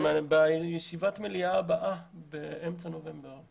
בישיבת המליאה הבאה באמצע נובמבר,